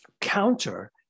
counter